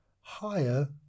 Higher